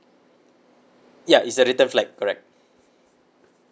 ya it's a return flight correct